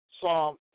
Psalm